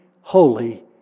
holy